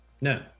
No